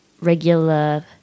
regular